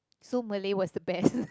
so Malay was the best